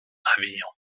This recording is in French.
avignon